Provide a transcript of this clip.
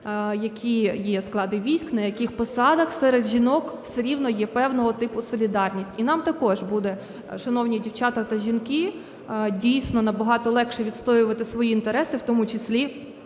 які склади військ, на яких посадах, серед жінок все рівно є певного типу солідарність. І нам також буде, шановні дівчата та жінки, дійсно набагато легше відстоювати свої інтереси у тому числі